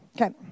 Okay